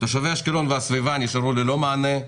תושבי אשקלון והסביבה נשארו ללא מענה,